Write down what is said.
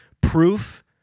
proof